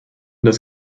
das